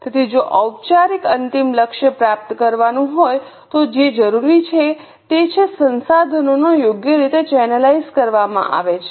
તેથી જો ઔપચારિક અંતિમ લક્ષ્ય પ્રાપ્ત કરવાનું હોય તો જે જરૂરી છે તે છે સંસાધનો યોગ્ય રીતે ચેનલાઇઝ કરવામાં આવે છે